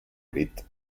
grit